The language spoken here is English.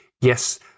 yes